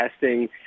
testing